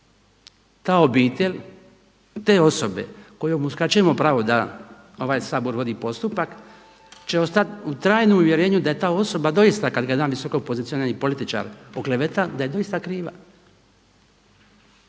Ta obitelj, te osobe kojoj uskraćujemo pravo da ovaj Sabor vodi postupak će ostati u trajnom uvjerenju da je ta osoba doista kad ga jedan visoko pozicionirani političar okleveta da je doista kriva.